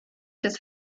des